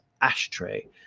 Ashtray